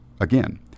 again